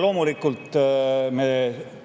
Loomulikult, me